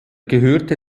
gehörte